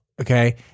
Okay